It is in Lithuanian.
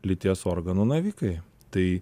lyties organų navikai tai